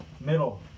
Middle